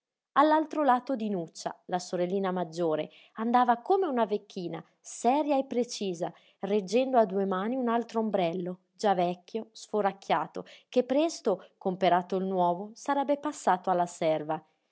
all'altro lato dinuccia la sorellina maggiore andava come una vecchina seria e precisa reggendo a due mani un altro ombrello già vecchio sforacchiato che presto comperato il nuovo sarebbe passato alla serva